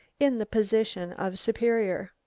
in the position of superior.